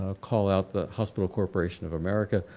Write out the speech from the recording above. ah call out the hospital corporation of america,